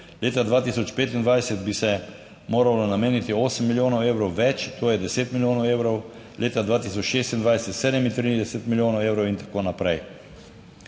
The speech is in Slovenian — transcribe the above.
leta 2025 bi se moralo nameniti 8 milijonov evrov več, to je deset milijonov evrov, leta 2026 37 milijonov evrov in tako naprej.